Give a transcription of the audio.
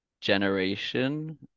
generation